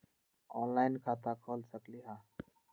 Online खाता खोल सकलीह?